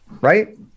right